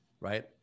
right